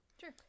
sure